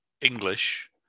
English